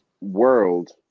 world